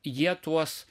jie tuos